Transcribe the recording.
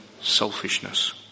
selfishness